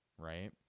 Right